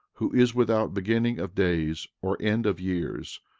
who is without beginning of days or end of years,